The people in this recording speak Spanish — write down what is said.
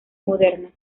moderna